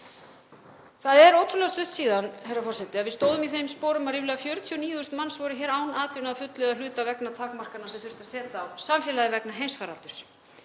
Það er ótrúlega stutt síðan, herra forseti, að við stóðum í þeim sporum að ríflega 49.000 manns voru hér án atvinnu að fullu eða að hluta vegna takmarkana sem þurfti að setja á samfélagið vegna heimsfaraldurs.